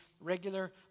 regular